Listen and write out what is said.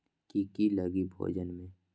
की की लगी भेजने में?